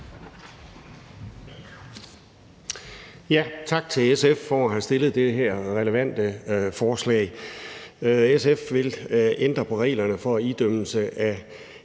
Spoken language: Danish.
Tak til SF for at have fremsat det her relevante forslag. SF vil ændre på reglerne for idømmelse af